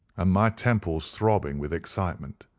and my temples throbbing with excitement.